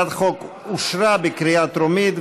התשע"ח 2018,